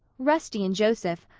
rusty and joseph,